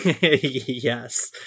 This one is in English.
Yes